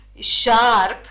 sharp